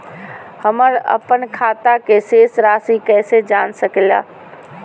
हमर अपन खाता के शेष रासि कैसे जान सके ला?